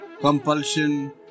compulsion